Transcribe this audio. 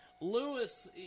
Lewis